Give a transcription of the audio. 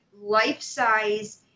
life-size